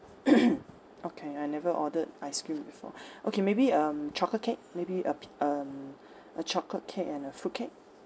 okay I never ordered ice cream before okay maybe um chocolate cake maybe ap~ um a chocolate cake and a fruit cake